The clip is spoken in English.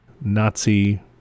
nazi